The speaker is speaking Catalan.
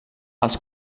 als